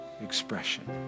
expression